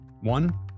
One